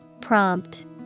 Prompt